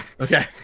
Okay